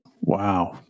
Wow